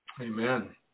Amen